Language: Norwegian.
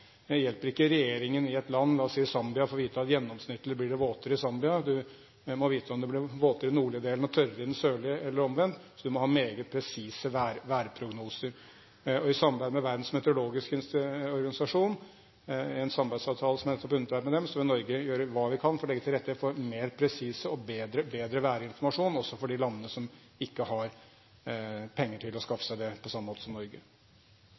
hjelper ikke regjeringen i et land, la oss si Zambia, å få vite at gjennomsnittlig blir det våtere i landet. Du må vite om det blir våtere i den nordlige delen og tørrere i den sørlige, eller omvendt, du må ha meget presise værprognoser. I samarbeid med Verdens meteorologiske organisasjon, i en samarbeidsavtale som jeg nettopp har undertegnet med dem, vil vi i Norge gjøre hva vi kan for å legge til rette for mer presis og bedre værinformasjon også for de landene som ikke har penger til å skaffe seg det på samme måte